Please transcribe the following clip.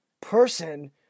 person